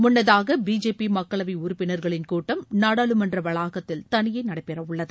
முன்னதாக பிஜேபி மக்களவை உறுப்பினர்களின் கூட்டம் நாடாளுமன்ற வளாகத்தில் தனியே நடைபெறவுள்ளது